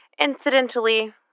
incidentally